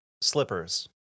slippers